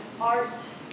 art